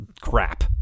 crap